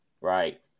right